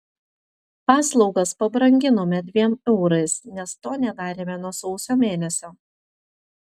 paslaugas pabranginome dviem eurais nes to nedarėme nuo sausio mėnesio